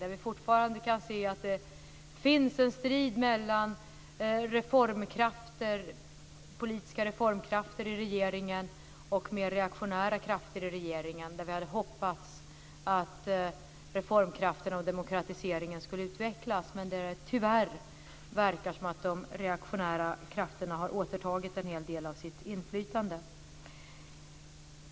Vi kan fortfarande se att det finns en strid mellan politiska reformkrafter och reaktionära krafter i regeringen. Vi hade hoppas att reformkrafterna och demokratiseringen skulle utvecklas, men det verkar tyvärr som om de reaktionära krafterna har återtagit en hel del av sitt inflytande.